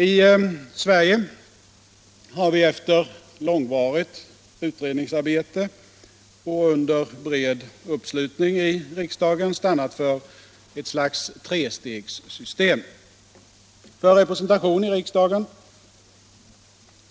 I Sverige har vi efter långvarigt utredningsarbete och under bred uppslutning i riksdagen stannat för ett slags trestegssystem. För representation i riksdagen